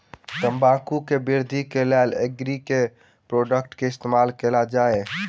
तम्बाकू केँ वृद्धि केँ लेल एग्री केँ के प्रोडक्ट केँ इस्तेमाल कैल जाय?